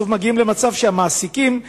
בסוף מגיעים למצב שהמעסיקים,